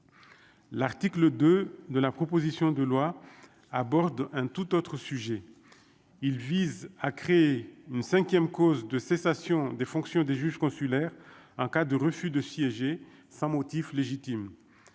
L'article 2 de la proposition de loi à bord d'un tout autre sujet, il vise à créer une 5ème cause de cessation des fonctions des juges consulaires en cas de refus de siéger sans motif légitime,